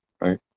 Right